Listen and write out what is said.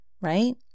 right